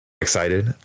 excited